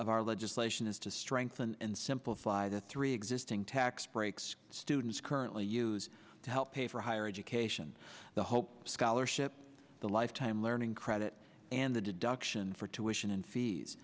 of our legislation is to strengthen and simplify the three existing tax breaks students currently use to help pay for higher education the hope scholarship the lifetime learning credit and the deduction for tuition